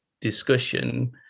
discussion